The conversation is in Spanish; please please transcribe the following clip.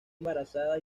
embarazada